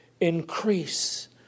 increase